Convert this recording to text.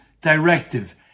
directive